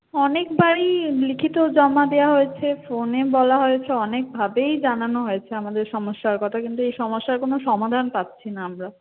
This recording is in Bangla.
অনেকবারই লিখিত জমা দেওয়া হয়েছে ফোনে বলা হয়েছে অনেক ভাবেই জানানো হয়েছে আমাদের সমস্যার কথা কিন্তু এই সমস্যার কোনো সমাধান পাচ্ছি না আমরা